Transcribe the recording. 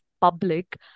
public